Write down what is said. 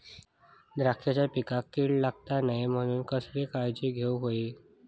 द्राक्षांच्या पिकांक कीड लागता नये म्हणान कसली काळजी घेऊक होई?